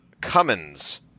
Cummins